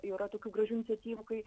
yra tokių gražių iniciatyvų kai